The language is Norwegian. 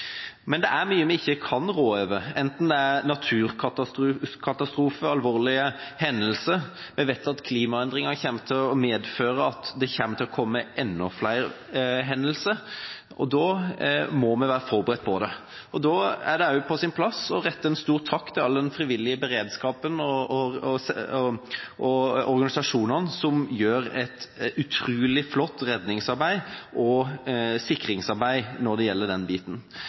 Men det er mye vi ikke kan rå over, enten det er naturkatastrofer eller alvorlige hendelser. Vi vet at klimaendringer kommer til å medføre flere hendelser. Og da må vi være forberedt på det. Da er det også på sin plass å rette en stor takk til all den frivillige beredskapen og alle organisasjonene som gjør et utrolig flott redningsarbeid og sikringsarbeid når det gjelder den biten.